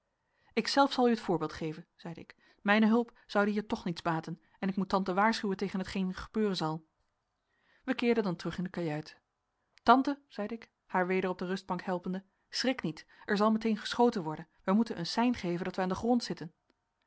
dek ikzelf zal u het voorbeeld geven zeide ik mijne hulp zoude hier toch niets baten en ik moet tante waarschuwen tegen hetgeen er gebeuren zal wij keerden dan terug in de kajuit tante zeide ik haar weder op de rustbank helpende schrik niet er zal meteen geschoten worden wij moeten een sein geven dat wij aan den grond zitten